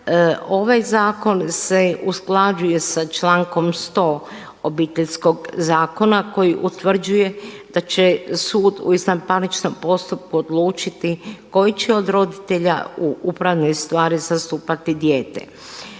ovaj zakon se usklađuje sa člankom 100. Obiteljskog zakona koji utvrđuje da će sud u izvanparničnom postupku odlučiti koji će od roditelja u upravnoj stvari zastupati dijete.